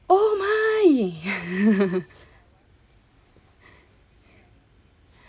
oh my